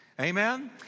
Amen